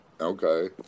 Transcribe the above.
Okay